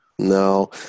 No